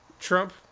Trump